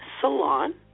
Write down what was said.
salon